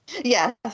yes